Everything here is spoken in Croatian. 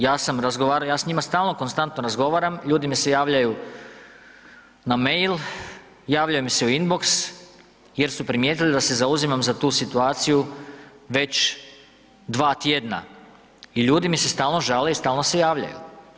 Ja sam razgovarao, ja s njima stalno, konstantno razgovaram, ljudi mi se javljaju na mail, javljaju mi se u inbox jer su primijetili da se zauzimam za tu situaciju već 2 tjedna i ljudi mi se stalno žale i stalno se javljaju.